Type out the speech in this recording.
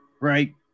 right